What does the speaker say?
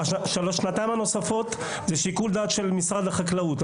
השנתיים הנוספות הן לשיקול דעת משרד החקלאות.